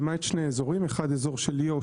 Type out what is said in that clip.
למעט שני אזורים: אחד של יו"ש,